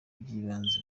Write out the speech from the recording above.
by’ibanze